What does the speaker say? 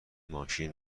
ماشین